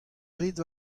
rit